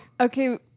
Okay